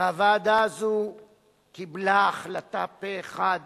והוועדה הזאת קיבלה החלטה פה-אחד